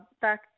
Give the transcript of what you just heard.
back